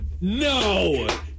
No